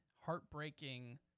heartbreaking